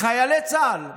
חיילי צה"ל.